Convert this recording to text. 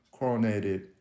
coronated